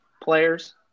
players